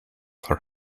her